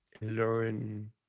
learn